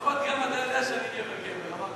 לפחות גם אתה יודע שאני גבר-גבר, אחריו,